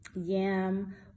yam